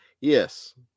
Yes